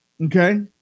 Okay